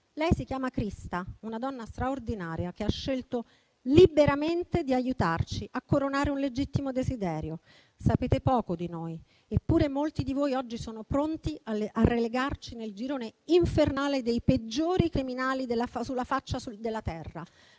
Lei si chiama Krista, una donna straordinaria, che ha scelto liberamente di aiutarci a coronare un legittimo desiderio. Sapete poco di noi, eppure molti di voi oggi sono pronti a relegarci nel girone infernale dei peggiori criminali sulla faccia della terra.